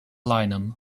linen